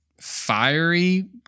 fiery